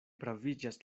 praviĝas